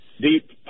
deep